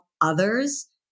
others